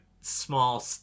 small